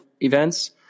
events